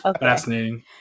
Fascinating